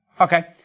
Okay